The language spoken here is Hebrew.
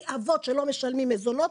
כי אבות שלא משלמים מזונות,